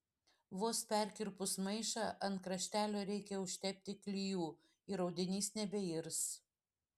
vos perkirpus maišą ant kraštelio reikia užtepti klijų ir audinys nebeirs